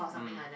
mm